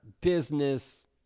business